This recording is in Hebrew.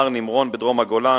הר נמרון בדרום הגולן,